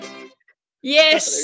Yes